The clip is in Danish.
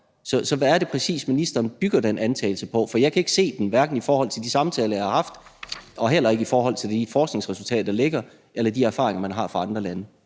Så hvad er det præcis, ministeren bygger den antagelse på? For jeg kan ikke se det, hverken i forhold til de samtaler, jeg har haft, og heller ikke i forhold til de forskningsresultater, der ligger, eller de erfaringer, man har fra andre lande.